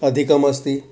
अधिकमस्ति